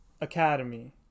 academy